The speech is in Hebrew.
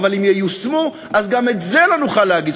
אבל אם ייושמו אז גם את זה לא נוכל להגיד.